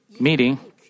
meeting